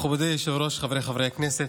מכובדי היושב-ראש, חבריי חברי הכנסת,